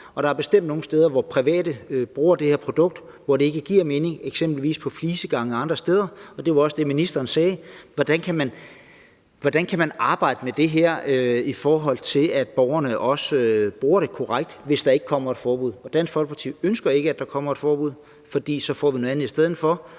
der er bestemt nogle steder, hvor private bruger det her produkt og det ikke giver mening, eksempelvis på flisegange og andre steder. Det var også det, ministeren sagde, nemlig hvordan man kan arbejde med det her, i forhold til at borgerne også bruger det korrekt, hvis der ikke kommer et forbud. Og Dansk Folkeparti ønsker ikke, at der kommer et forbud, for så får vi noget andet i stedet for.